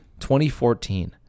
2014